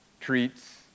treats